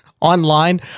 online